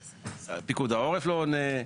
למשל, פיקוד העורף לא עונה.